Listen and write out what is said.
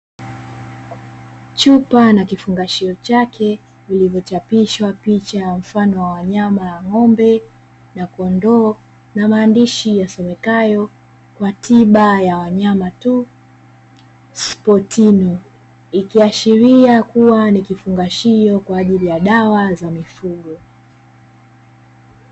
Chupa na kifungashio chake viliyochapishwa picha ya mfano wa wanyama wa ng'ombe na kondoo na mandishi yasomekayo"kwa tiba ya wanyama tu spotimi" ikiashiria kuwa ni kifungashio kwa ajili ya dawa za mifugo.